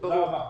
תודה רבה.